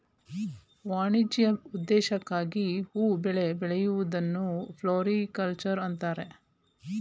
ವಾಣಿಜ್ಯ ಉದ್ದೇಶಕ್ಕಾಗಿ ಹೂ ಬೆಳೆ ಬೆಳೆಯೂದನ್ನು ಫ್ಲೋರಿಕಲ್ಚರ್ ಅಂತರೆ